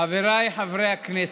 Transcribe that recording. חבריי חברי הכנסת,